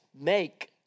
make